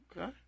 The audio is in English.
Okay